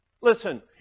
Listen